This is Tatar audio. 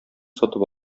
сатып